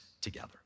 together